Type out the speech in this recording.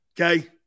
okay